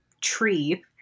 tree